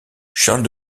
charles